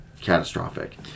catastrophic